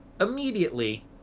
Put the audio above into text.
immediately